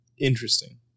Interesting